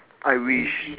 I wish